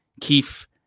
Keefe